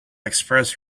express